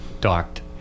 docked